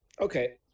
okay